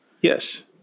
Yes